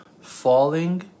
falling